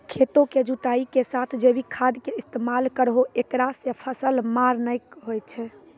खेतों के जुताई के साथ जैविक खाद के इस्तेमाल करहो ऐकरा से फसल मार नैय होय छै?